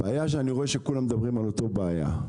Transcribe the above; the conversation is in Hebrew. אני רואה שכולם מדברים על אותה בעיה: